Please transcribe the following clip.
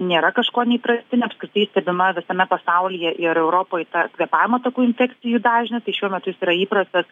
nėra kažkuo neįprastinė apskritai stebima visame pasaulyje ir europoj ta kvėpavimo takų infekcijų dažnis tai šiuo metu jis yra įprastas